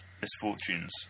misfortunes